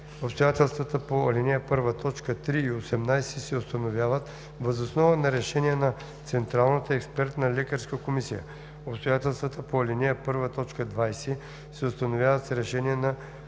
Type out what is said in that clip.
Обстоятелствата по ал. 1, т. 3 и 18 се установяват въз основа на решение на Централната експертна лекарска комисия. Обстоятелствата по ал. 1, т. 20 се установяват с решение на